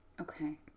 okay